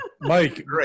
Mike